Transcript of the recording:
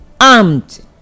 armed